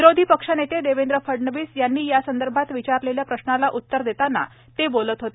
विरोधी पक्षनेते देवेंद्र फडणवीस यांनी यासंदर्भात विचारलेल्या प्रश्नाला उत्तर देताना ते बोलत होते